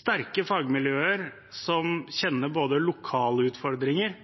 sterke fagmiljøer som kjenner både lokale utfordringer